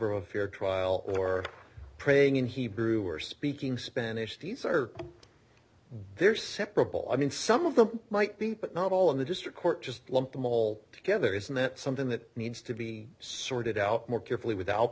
of a fair trial or praying in hebrew or speaking spanish these are they're separable i mean some of them might be but not all in the district court just lump them all together isn't that something that needs to be sorted out more carefully without